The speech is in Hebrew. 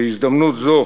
בהזדמנות זאת,